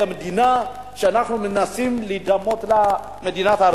למדינה שאנחנו מנסים להידמות לה,